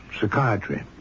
Psychiatry